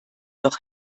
noch